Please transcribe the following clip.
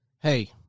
hey